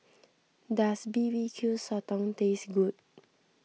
does B B Q Sotong taste good